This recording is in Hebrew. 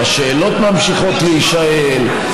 השאלות ממשיכות להישאל.